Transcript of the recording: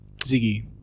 Ziggy